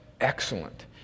excellent